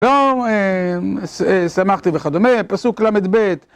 לא, שמחתי וכדומה, פסוק ל"ב.